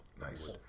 nice